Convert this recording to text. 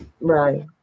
Right